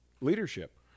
Leadership